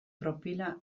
profila